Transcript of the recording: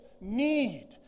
need